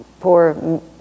poor